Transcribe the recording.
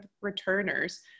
returners